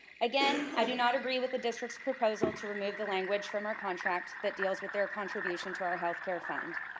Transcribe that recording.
again, i do not agree with the district's proposal, to remove the language from our contract that deals with our contribution to our healthcare fund.